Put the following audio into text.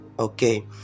Okay